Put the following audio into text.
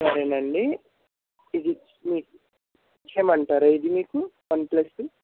సరేనంది ఇది మీకు ఇచ్చేయమంటారా ఇది మీకు వన్ప్లస్